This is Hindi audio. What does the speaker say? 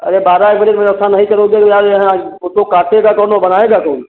अरे बारह एक बजे के व्यवस्था नहीं करोगे तो यार यहाँ ओ तो काटेगा कौन और बनाएगा कौन